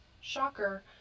Shocker